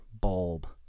bulb